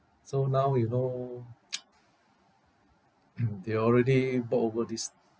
so now we know they already bought over this